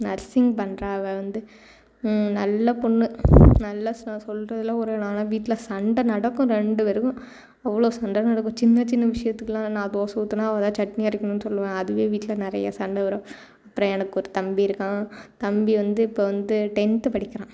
nursing பண்ணுறா அவள் வந்து நல்ல பொண்ணு நல்லா சொல்கிறதுல ஒரு நான் வீட்டில் சண்டை நடக்கும் ரெண்டு பேருக்கும் அவ்வளோ சண்டை நடக்கும் சின்ன சின்ன விஷயத்துக்கெல்லாம் நான் தோசை ஊற்றினா அவள் தான் சட்னி அரைக்கணும்னு சொல்லுவேன் அதுவே வீட்டில் நிறையா சண்டை வரும் அப்புறம் எனக்கு ஒரு தம்பி இருக்கான் தம்பி வந்து இப்போ வந்து டென்த் படிக்கிறான்